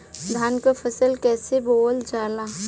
धान क फसल कईसे बोवल जाला?